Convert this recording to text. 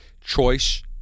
choice